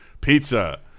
Pizza